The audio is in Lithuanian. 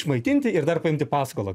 išmaitinti ir dar paimti paskolą